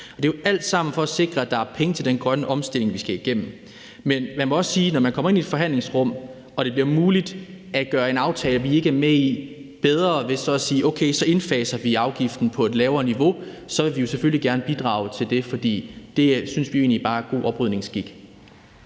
Det er jo alt sammen for at sikre, at der er penge til den grønne omstilling, vi skal igennem. Men man må også sige, at når man kommer ind i et forhandlingsrum og det bliver muligt at gøre en aftale, vi ikke er med i, bedre ved så at sige, at okay, så indfaser vi afgiften på et lavere niveau, så vil vi selvfølgelig gerne bidrage til det, for det synes vi jo egentlig bare er god oprydningsskik.